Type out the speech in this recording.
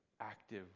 active